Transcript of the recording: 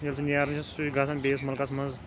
ییٚلہِ سُہ نیران چھُ سُہ چھُ گژھان بیٚیِس مُلکس منٛز